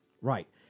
Right